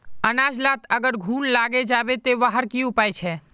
अनाज लात अगर घुन लागे जाबे ते वहार की उपाय छे?